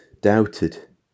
doubted